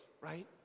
right